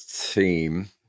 team